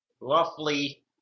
roughly